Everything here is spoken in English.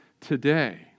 today